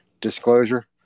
disclosure